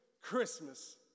Christmas